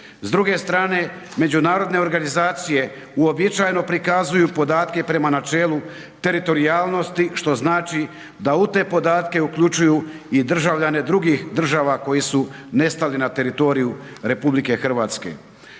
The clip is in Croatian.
S druge strane međunarodne organizacije uobičajeno prikazuju podatke prema načelu teritorijalnosti što znači da u te podatke uključuju i državljane drugih država koji su nestali na teritoriju RH.